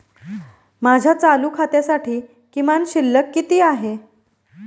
माझ्या चालू खात्यासाठी किमान शिल्लक किती आहे?